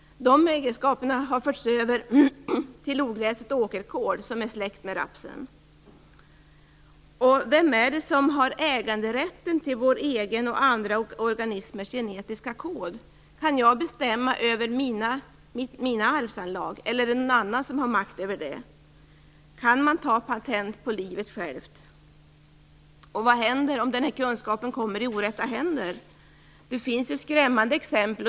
De egenskaperna har förts över till ogräset åkerkål som är nära släkt med rapsen. Vem har äganderätten till vår egen och andra organismers genetiska kod? Kan jag bestämma över mina arvsanlag, eller är det någon annan som har makt över dem? Kan man ta patent på livet självt? Vad kan ske om denna kunskap kommer i orätta händer? Det finns skrämmande exempel.